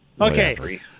Okay